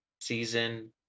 season